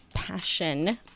Passion